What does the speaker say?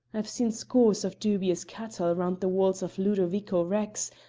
i've seen scores of dubious cattle round the walls of ludo-vico rex,